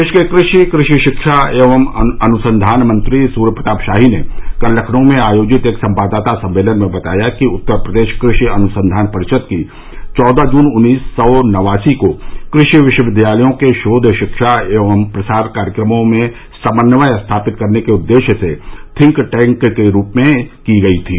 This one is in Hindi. प्रदेश के कृषि कृषि शिक्षा एवं अन्संधान मंत्री सूर्य प्रताप शाही ने कल लखनऊ में आयोजित एक संवाददाता सम्मेलन बताया कि उत्तर प्रदेश कृषि अनुसंधान परिषद की चौदह जून उन्नीस सौ नवासी को कृषि विश्वविद्यालयों के शोध शिक्षा एवं प्रसार कार्यक्रमों में समन्वय स्थापित करने के उद्देश्य से थिंक टैंक के रूप में की गयी थी